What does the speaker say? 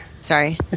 sorry